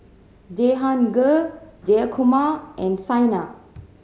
Jehangirr Jayakumar and Saina